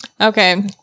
okay